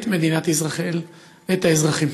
את מדינת ישראל, את האזרחים.